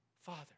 Father